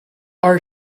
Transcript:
our